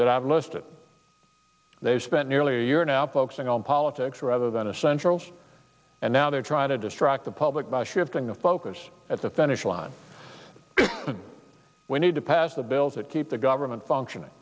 that i've listed they've spent nearly a year now focusing on politics rather than a central and now they're trying to distract the public by shifting the focus at the finish line we need to pass the bills that keep the government functioning